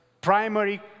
primary